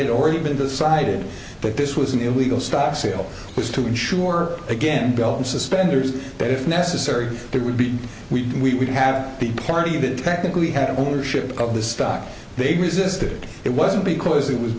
had already been decided that this was an illegal stock sale was to ensure again belt and suspenders that if necessary there would be we have the party that technically had ownership of the stock they existed it wasn't because it was